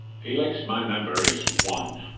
he likes my number is one.